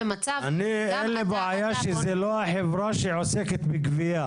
אין לי בעיה אם זו לא החברה שעוסקת בגבייה.